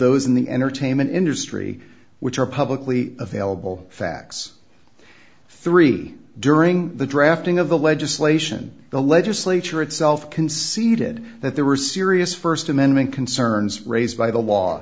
those in the entertainment industry which are publicly available facts three during the drafting of the legislation the legislature itself conceded that there were serious st amendment concerns raised by the law